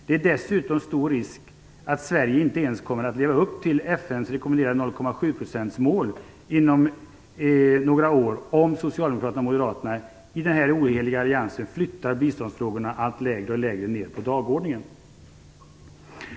Det är dessutom stor risk att Sverige inte ens kommer att leva upp till FN:s rekommenderade 0,7-procentsmål inom några år om Socialdemokraterna och Moderaterna i denna oheliga allians flyttar biståndsfrågorna allt lägre ner på dagordningen.